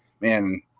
man